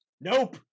nope